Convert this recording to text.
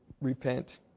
repent